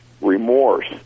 remorse